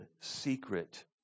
secret